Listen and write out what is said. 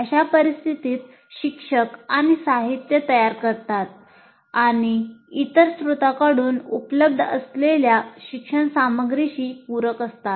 अशा परिस्थितीत शिक्षक काही साहित्य तयार करतात आणि इतर स्त्रोतांकडून उपलब्ध असलेल्या शिक्षण सामग्रीशी पूरक असतात